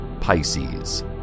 Pisces